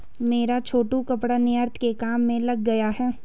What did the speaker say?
मेरा छोटू कपड़ा निर्यात के काम में लग गया है